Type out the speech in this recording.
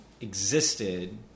existed